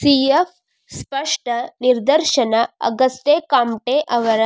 C F ಸ್ಪಷ್ಟ ನಿದರ್ಶನ ಆಗಸ್ಟೆಕಾಮ್ಟೆಅವ್ರ್